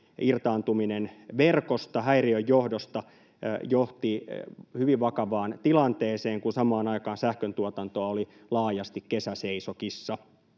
irtaantuminen verkosta häiriön johdosta johti hyvin vakavaan tilanteeseen, kun samaan aikaan sähköntuotantoa oli laajasti kesäseisokissa.